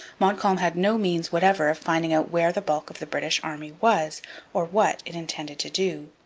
montcalm had no means whatever of finding out where the bulk of the british army was or what it intended to do.